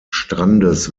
strandes